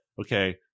okay